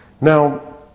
Now